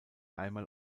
einmal